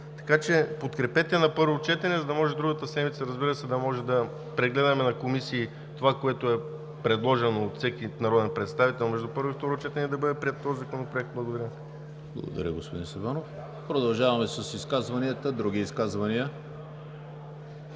Така че подкрепете го на първо четене, за да може другата седмица, разбира се, да прегледаме на комисии това, което е предложено от всеки народен представител между първо и второ четене, и да бъде приет този законопроект. Благодаря. ПРЕДСЕДАТЕЛ ЕМИЛ ХРИСТОВ: Благодаря, господин Сабанов. Продължаваме с изказванията. Други изказвания?